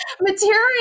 material